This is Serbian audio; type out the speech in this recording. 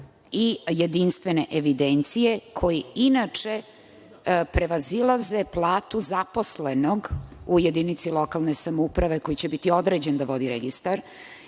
i jedinstvene evidencije koji inače prevazilaze platu zaposlenog u jedinici lokalne samouprave koji će biti određen da vodi registar